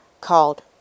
called